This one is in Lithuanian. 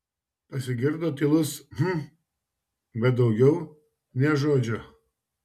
pasigirdo tylus hm bet daugiau nė žodžio